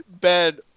Ben